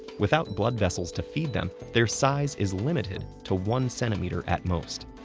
without blood vessels to feed them, their size is limited to one centimeter at most.